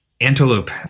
antelope